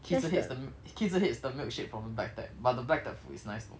ki zhi hates the m~ ki zhi hates the milkshake from the black tap but the black tap food is nice though